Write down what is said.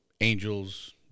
angels